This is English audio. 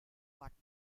button